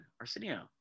Arsenio